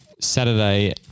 Saturday